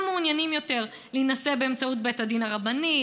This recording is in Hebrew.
מעוניינים יותר להינשא באמצעות בית הדין הרבני.